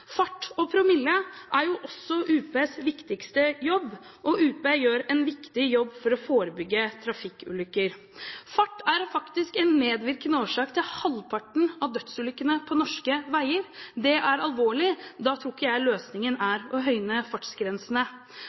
Fart og promille er jo også UPs viktigste jobb, og UP gjør en viktig jobb for å forebygge trafikkulykker. Fart er faktisk en medvirkende årsak til halvparten av dødsulykkene på norske veier. Det er alvorlig, og da tror ikke jeg løsningen er å høyne fartsgrensene